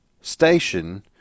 station